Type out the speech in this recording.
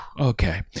okay